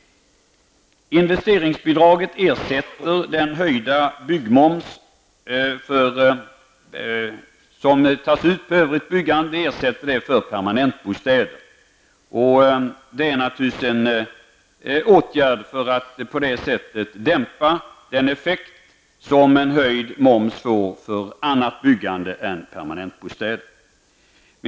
Investeringsbidraget för permanentbostäder ersätter den höjda byggmoms som tas ut på övrigt byggande. Detta är naturligtvis en åtgärd för att dämpa den effekt en höjd moms får för byggande av annat än permanentbostäder.